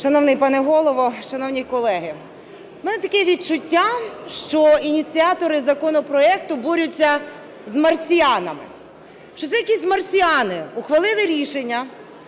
Шановний пане Голово, шановні колеги! В мене таке відчуття, що ініціатори законопроекту борються з марсіанами, що це якісь марсіани ухвалили рішення